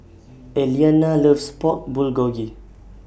Eliana loves Pork Bulgogi